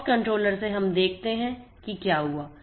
POX controller में हम देखते हैं कि क्या हुआ